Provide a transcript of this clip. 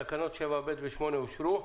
תקנות 7ב' ו-8 אושרו.